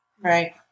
Right